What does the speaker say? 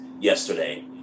yesterday